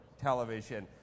television